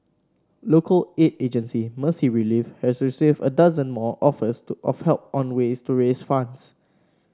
local aid agency Mercy Relief has received a dozen more offers to of help on ways to raise funds